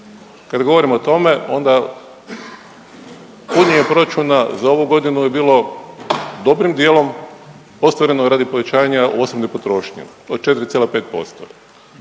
kada govorimo o tome onda punjenje proračuna za ovu godinu je bilo dobrim dijelom ostvareno radi povećanja osobne potrošnje od 4,5%,